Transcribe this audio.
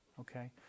okay